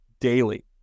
daily